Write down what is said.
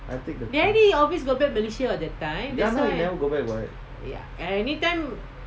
I take the car now he never go back what